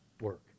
work